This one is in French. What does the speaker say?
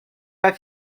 pas